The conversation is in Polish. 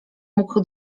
mógł